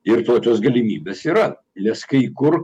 ir tokios galimybės yra nes kai kur